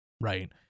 right